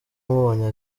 amubonye